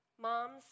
Moms